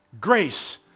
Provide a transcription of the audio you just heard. grace